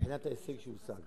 מבחינת ההישג שהושג.